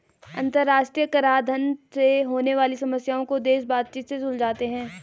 अंतरराष्ट्रीय कराधान से होने वाली समस्याओं को देश बातचीत से सुलझाते हैं